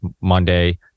Monday